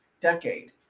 decade